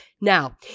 Now